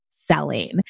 selling